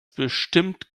bestimmt